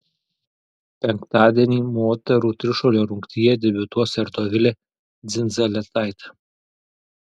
penktadienį moterų trišuolio rungtyje debiutuos ir dovilė dzindzaletaitė